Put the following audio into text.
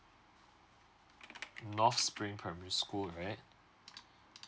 north spring primary school alright